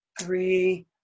three